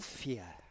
fear